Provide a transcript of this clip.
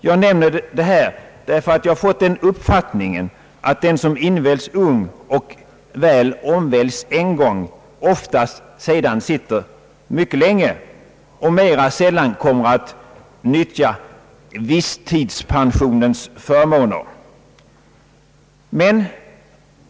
Jag nämner detta därför att jag fått den uppfattningen, att den som inväljs ung och väl omväljs en gång, sedan oftast sitter mycket länge och mera sällan kommer att nyttja visstidspensionens förmåner.